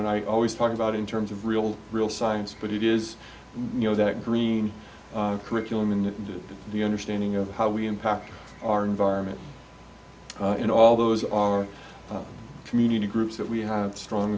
and i always talk about in terms of real real science but it is you know that green curriculum in the understanding of how we impact our environment and all those are community groups that we have strong